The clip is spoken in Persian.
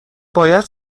باید